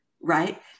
Right